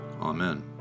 Amen